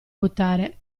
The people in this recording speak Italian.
buttare